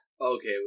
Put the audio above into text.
Okay